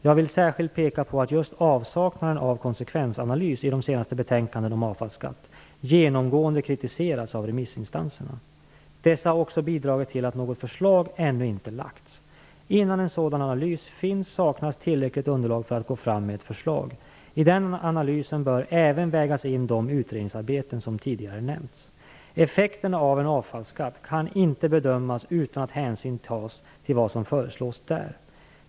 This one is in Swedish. Jag vill särskilt peka på att just avsaknaden av konsekvensanalys i det senaste betänkandet om avfallsskatt genomgående kritiserades av remissinstanserna. Det har också bidragit till att något förslag ännu inte lagts fram. Innan en sådan analys finns saknas tillräckligt underlag för att gå fram med ett förslag. I den analysen bör även vägas in de utredningsarbeten som tidigare nämnts. Effekterna av en avfallsskatt kan inte bedömas utan att hänsyn tas till vad som föreslås där.